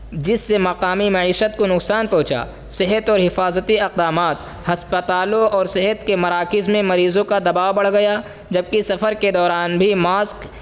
جس سے مقامی معیشت کو نقصان پہنچا صحت اور حفاظتی اقدامات ہسپتالوں اور صحت کے مراکز میں مریضوں کا دباؤ بڑھ گیا جب کہ سفر کے دوران بھی ماسک